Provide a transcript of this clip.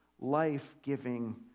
life-giving